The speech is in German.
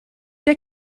der